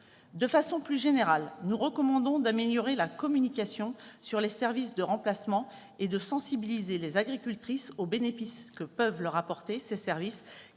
De façon plus générale, nous recommandons d'améliorer la communication sur les services de remplacement, et de sensibiliser les agricultrices aux bénéfices que peuvent leur apporter ces services,